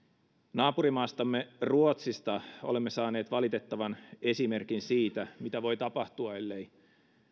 naapurimaastamme ruotsista olemme saaneet valitettavan esimerkin siitä mitä voi tapahtua ellei